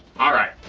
alright.